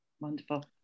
Wonderful